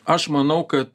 aš manau kad